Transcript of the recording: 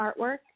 artwork